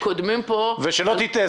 קודמים --- אל תיטעה,